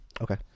Okay